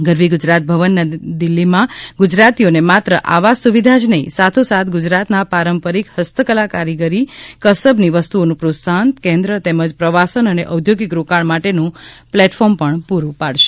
ગરવી ગુજરાત ભવન નવી દિલ્હીમાં ગુજરાતીઓને માત્ર આવાસ સુવિધા જ નહિ સાથોસાથ ગૂજરાતના પારંપરિક હસ્તકલા કારીગીરી કસબ ની વસ્તુઓનું પ્રોત્સાહન કેન્દ્ર તેમજ પ્રવાસન અને ઔદ્યોગિક રોકાણ માટેનું પ્લેટફોર્મ પણ પૂરું પાડશે